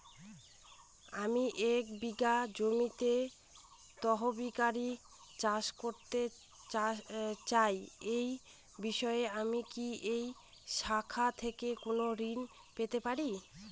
আমি এক বিঘা জমিতে তরিতরকারি চাষ করতে চাই এই বিষয়ে আমি কি এই শাখা থেকে কোন ঋণ পেতে পারি?